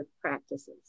practices